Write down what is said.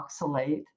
oxalate